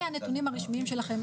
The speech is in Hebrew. אלו הנתונים הרשמיים שלכם.